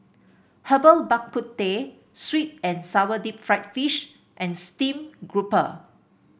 Herbal Bak Ku Teh sweet and sour Deep Fried Fish and stream grouper